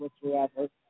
whatsoever